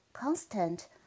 Constant